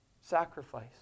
sacrifice